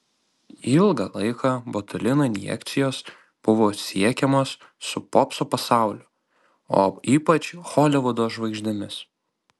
ilgą laiką botulino injekcijos buvo siekiamos su popso pasauliu o ypač holivudo žvaigždėmis